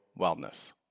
wellness